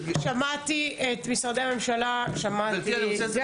שמעתי את משרדי הממשלה, שמעתי.